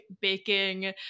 baking